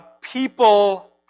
people